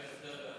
ההצעה להעביר את